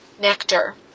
nectar